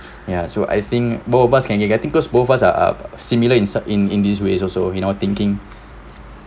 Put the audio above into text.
ya so I think both of us can can I think cause both of us are of similar insight in in this way also you know what thinking